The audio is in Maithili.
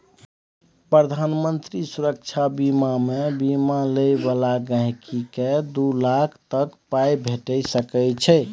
प्रधानमंत्री सुरक्षा जीबन बीमामे बीमा लय बला गांहिकीकेँ दु लाख तक पाइ भेटि सकै छै